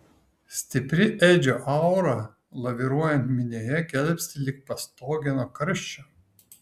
stipri edžio aura laviruojant minioje gelbsti lyg pastogė nuo karščio